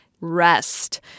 rest